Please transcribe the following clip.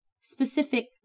specific